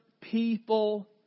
people